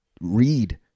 Read